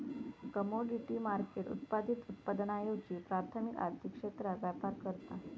commodity market उत्पादित उत्पादनांऐवजी प्राथमिक आर्थिक क्षेत्रात व्यापार करता